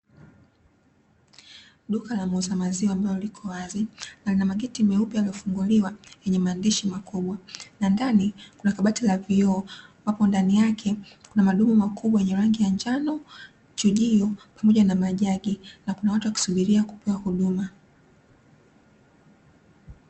Duka la muuza maziwa ambalo liko wazi na lina mageti meupe yaliyofunguliwa yenye maandishi makubwa, na ndani kuna kabati la vioo ambapo ndani yake kuna madumu makubwa yenye rangi ya njano, chujio pamoja na majagi, na kuna watu wakisubiria kupewa huduma.